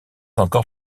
encore